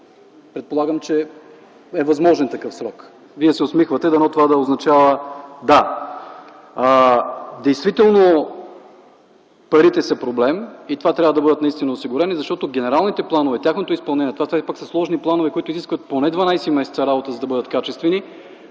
Предполагам, че е възможен такъв срок. Вие се усмихвате, дано това да означава „да”. Действително парите са проблем и трябва да бъдат наистина осигурени, защото генералните планове, тяхното изпълнение, това все пак са сложни планове, които изискват поне 12 месеца работа, за да бъдат качествени.